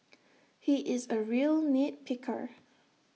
he is A real nit picker